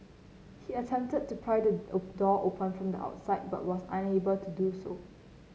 he attempted to pry the door open from the outside but was unable to do so